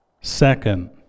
Second